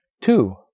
Two